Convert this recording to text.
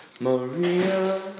Maria